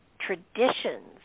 Traditions